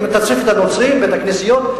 אם תציף את הנוצרים ואת הכנסיות,